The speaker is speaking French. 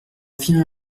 viens